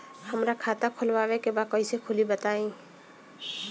हमरा खाता खोलवावे के बा कइसे खुली बताईं?